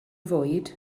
fwyd